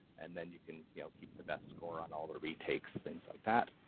and then you can you know keep the best score on all the retakes, things like that.